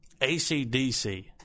acdc